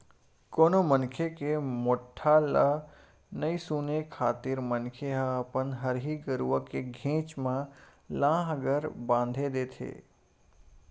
कोनो मनखे के मोठ्ठा ल नइ सुने खातिर मनखे ह अपन हरही गरुवा के घेंच म लांहगर बांधे देथे